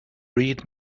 read